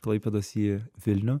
klaipėdos į vilnių